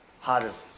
hottest